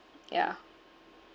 yeah